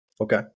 Okay